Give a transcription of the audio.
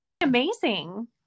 Amazing